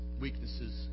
weaknesses